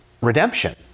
redemption